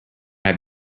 have